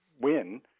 win